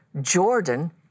Jordan